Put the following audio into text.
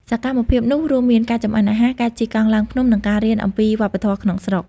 សកម្មភាពនោះរួមមានការចម្អិនអាហារ ការជិះកង់ឡើងភ្នំ និងការរៀនអំពីវប្បធម៌ក្នុងស្រុក។